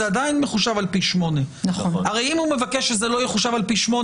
זה עדיין מחושב על פי 8. הרי אם הוא מבקש שזה לא יחושב על פי 8,